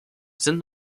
sind